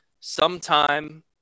sometime